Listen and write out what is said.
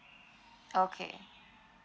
okay